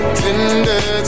tender